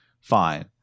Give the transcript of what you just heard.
fine